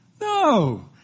No